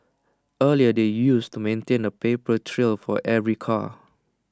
earlier they used to maintain A paper trail for every car